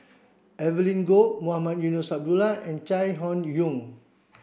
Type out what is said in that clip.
Evelyn Goh Mohamed Eunos Abdullah and Chai Hon Yoong